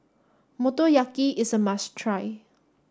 Motoyaki is a must try